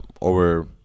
over